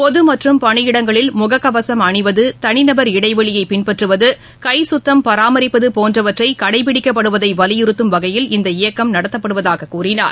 பொதுமற்றும் பணியிடங்களில் முகக்கவசம் அணிவது தனிநபர் இடைவெளியைபின்பற்றுவது கை சுத்தம் பராமரிப்பதுபோன்றவற்றைகடைபிடிக்கப்படுவதைவலியுறுத்தும் வகையில் இயக்கம் இந்த நடத்தப்படுவதாககூறினார்